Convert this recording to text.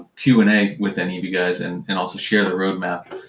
q and a with any of you guys and and also share the roadmap.